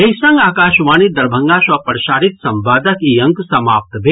एहि संग आकाशवाणी दरभंगा सँ प्रसारित संवादक ई अंक समाप्त भेल